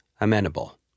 amenable